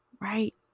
right